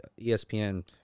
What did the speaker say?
ESPN